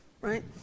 right